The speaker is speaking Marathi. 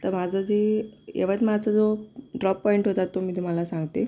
तर माझं जे यवतमाळचा जो ड्रॉप पॉइंट होता तो मी तुम्हाला सांगते